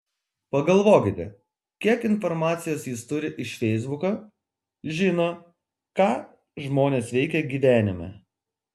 pagalvokite kiek informacijos jis turi iš feisbuko žino ką žmonės veikia gyvenime